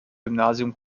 gymnasium